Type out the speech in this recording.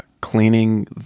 cleaning